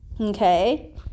okay